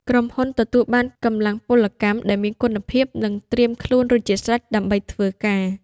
ក្រុមហ៊ុនទទួលបានកម្លាំងពលកម្មដែលមានគុណភាព និងត្រៀមខ្លួនរួចជាស្រេចដើម្បីធ្វើការ។